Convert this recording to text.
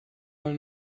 mal